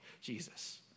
Jesus